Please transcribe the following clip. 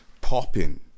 popping